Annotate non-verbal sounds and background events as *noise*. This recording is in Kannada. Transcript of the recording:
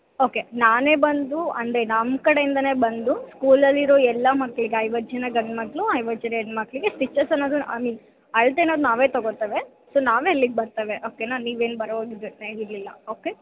ಓಕೆ ನಾನೇ ಬಂದು ಅಂದರೆ ನಮ್ಮ ಕಡೆಯಿಂದನೆ ಬಂದು ಸ್ಕೂಲಲ್ಲಿ ಇರೋ ಎಲ್ಲ ಮಕ್ಳಿಗೆ ಐವತ್ತು ಜನ ಗಂಡು ಮಕ್ಕಳು ಐವತ್ತು ಜನ ಹೆಣ್ಣು ಮಕ್ಕಳಿಗೆ ಸ್ಟಿಚಸ್ ಅನ್ನೋದನ್ನ ಐ ಮೀನ್ ಅಳತೆ ಅನ್ನೋದು ನಾವೇ ತಗೊತೇವೆ ಸೊ ನಾವೇ ಅಲ್ಲಿಗೆ ಬರ್ತೇವೆ ಓಕೆನ ನೀವೇನು ಬರೋ *unintelligible* ಇರಲಿಲ್ಲ ಓಕೆ